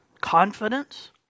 confidence